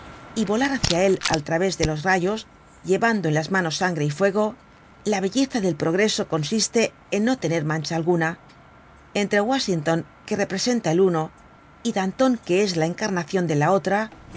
y volar hácia él al través de los rayos llevando en las manos sangre y fuego la belleza del progreso consiste en no tener mancha alguna entre washington que representa el uno y danton que es la encarnacion de la otra